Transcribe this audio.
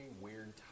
weird